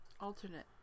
alternate